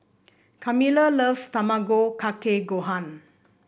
Carmela loves Tamago Kake Gohan